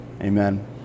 Amen